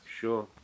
Sure